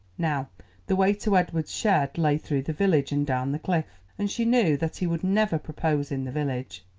now the way to edward's shed lay through the village and down the cliff, and she knew that he would never propose in the village.